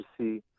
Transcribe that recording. see